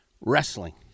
Wrestling